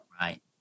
Right